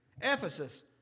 Ephesus